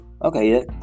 Okay